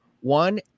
one